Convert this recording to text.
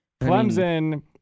Clemson